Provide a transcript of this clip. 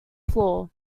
floor